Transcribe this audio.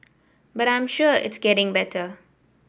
but I'm sure it's getting better